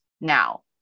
now